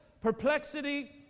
perplexity